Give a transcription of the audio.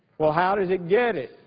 well, how does it get it?